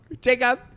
Jacob